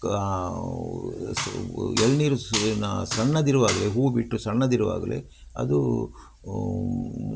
ಸು ಎಳನೀರು ಸು ಇನ್ನೂ ಸಣ್ಣದಿರುವಾಗಲೇ ಹೂ ಬಿಟ್ಟು ಸಣ್ಣದಿರುವಾಗಲೇ ಅದು